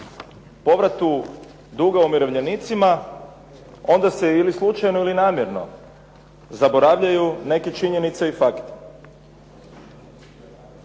povratu duga umirovljenicima onda se ili slučajno ili namjerno zaboravljaju neke činjenice ili faktori.